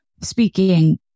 speaking